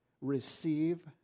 receive